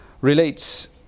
relates